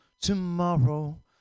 tomorrow